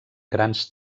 grans